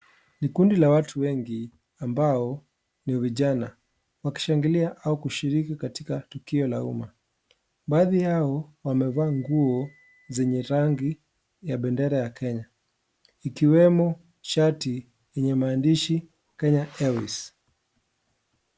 Ni kundi la watu wengi, ambao ni vijana. Wakishangilia au kushiriki katika tukio la umma. Baadhi yao, wamevaa nguo zenye rangi ya bendera ya Kenya. Ikiwemo shati yenye maandishi Kenya Airways .